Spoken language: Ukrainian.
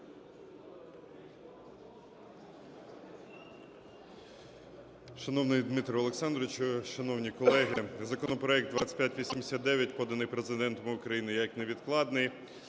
Дмитро Олександровичу, шановні колеги, законопроект 2589 поданий Президентом України як невідкладний.